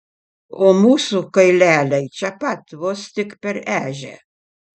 o mūsų kaileliai čia pat vos tik per ežią